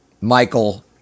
Michael